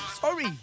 sorry